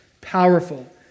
powerful